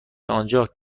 آنجا